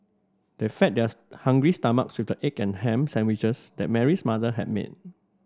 they fed theirs hungry stomachs with the egg and ham sandwiches that Mary's mother had made